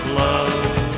love